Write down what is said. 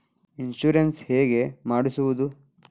Insurance ಹೇಗೆ ಮಾಡಿಸುವುದು?